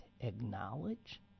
acknowledge